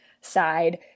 side